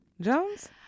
Jones